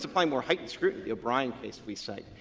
to find more heightened scrutiny, the o'brien case we cite,